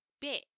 bit